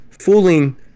fooling